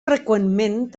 freqüentment